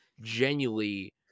genuinely